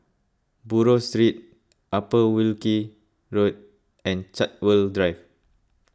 Buroh Street Upper Wilkie Road and Chartwell Drive